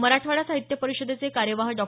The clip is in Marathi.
मराठवाडा साहित्य परिषदेचे कार्यवाह डॉ